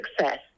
success